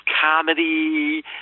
comedy